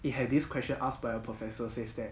it had this question asked by a professor says that